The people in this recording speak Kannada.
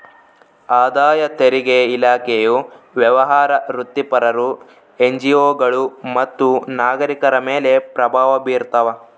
ಆದಾಯ ತೆರಿಗೆ ಇಲಾಖೆಯು ವ್ಯವಹಾರ ವೃತ್ತಿಪರರು ಎನ್ಜಿಒಗಳು ಮತ್ತು ನಾಗರಿಕರ ಮೇಲೆ ಪ್ರಭಾವ ಬೀರ್ತಾವ